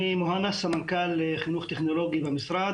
אני מוהנא, סמנכ"ל חינוך טכנולוגי במשרד.